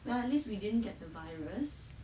well at least we didn't get the virus